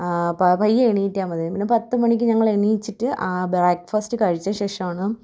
പയ്യെ എണീറ്റാല് മതി പിന്നെ പത്തുമണിക്ക് ഞങ്ങള് എണിച്ചിട്ട് ആ ബ്രേക്ക്ഫാസ്റ്റ് കഴിച്ചശേഷമാണ്